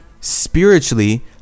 Spiritually